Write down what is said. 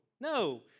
no